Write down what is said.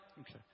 Okay